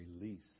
release